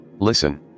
Listen